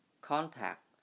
contact